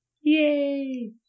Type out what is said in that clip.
Yay